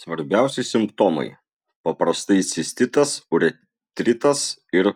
svarbiausi simptomai paprastai cistitas uretritas ir